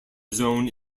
zone